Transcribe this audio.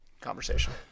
conversation